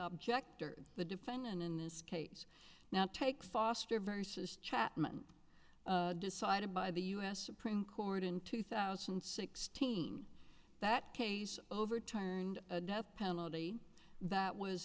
object or the defendant in this case now take foster versus chatman decided by the u s supreme court in two thousand and sixteen that case overturned a death penalty that was